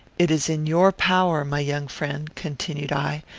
it is in your power, my young friend, continued i,